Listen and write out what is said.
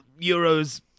Euros